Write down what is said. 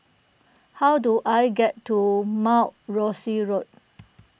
how do I get to Mount Rosie Road